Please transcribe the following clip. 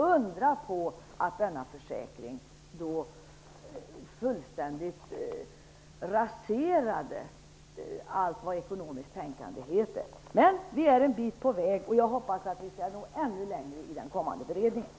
Undra på att denna försäkring fullständigt raserade allt vad ekonomiskt tänkande heter! Vi är nu en bit på väg, och jag hoppas att vi skall nå ännu längre i den kommande beredningen.